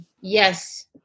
Yes